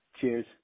Cheers